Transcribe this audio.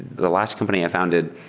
the last company i founded,